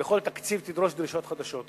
בכל תקציב דרישות חדשות.